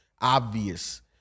obvious